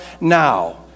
now